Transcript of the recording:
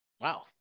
Wow